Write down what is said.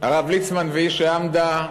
הרב ליצמן, "והיא שעמדה",